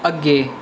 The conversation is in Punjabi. ਅੱਗੇ